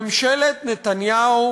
ממשלת נתניהו